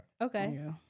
Okay